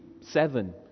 seven